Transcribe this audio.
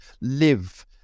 live